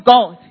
God